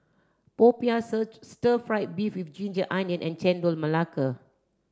popiah stir fry beef with ginger onion and Chendol Melaka